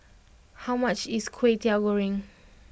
how much is Kwetiau Goreng